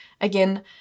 again